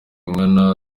nkana